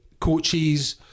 coaches